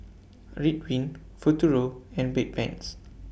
Ridwind Futuro and Bedpans